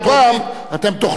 להרבות דיון בנושא זה.